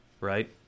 right